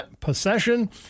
possession